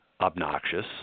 obnoxious